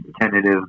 tentative